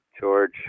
George